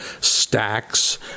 stacks